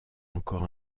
encore